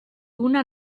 una